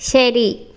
ശരി